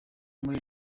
muri